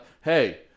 Hey